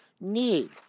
need